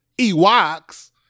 Ewoks